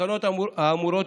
התקנות האמורות